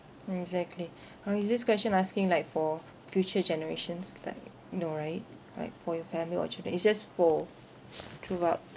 exactly !huh! is this question asking like for future generations like no right like for your family or children it's just for throughout